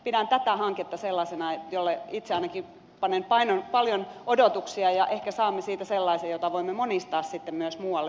pidän tätä hanketta sellaisena jolle itse ainakin panen paljon odotuksia ja ehkä saamme siitä sellaisen jota voimme monistaa sitten myös muualle suomeen